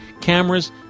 cameras